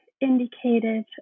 indicated